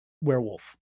Werewolf